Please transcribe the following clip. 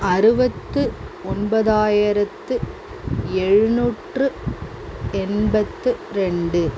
அறுபத்து ஒன்பதாயிரத்து எழுநூற்று எண்பத்து ரெண்டு